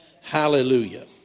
Hallelujah